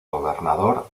gobernador